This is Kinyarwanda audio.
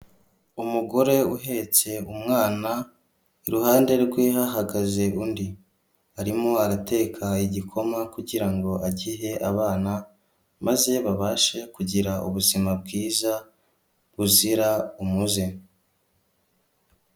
Umugore uhetse umwana iruhande rwe hahagaze undi, arimo arateka igikoma kugira ngo agihe abana, maze babashe kugira ubuzima bwiza buzira umuze.